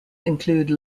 include